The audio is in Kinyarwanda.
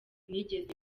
nigeze